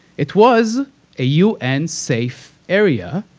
it was a u n. safe area,